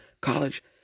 college